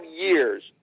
years